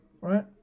right